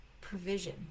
provision